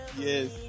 yes